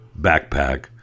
backpack